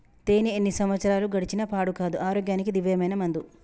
తేనే ఎన్ని సంవత్సరాలు గడిచిన పాడు కాదు, ఆరోగ్యానికి దివ్యమైన మందు